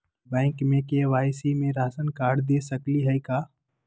Bank में KYC में ration card दे सकली हई का?